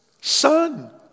Son